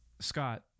Scott